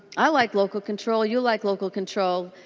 i like local control. you like local control.